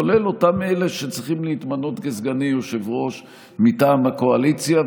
כולל אותם אלה שצריכים להתמנות כסגני יושב-ראש מטעם הקואליציה,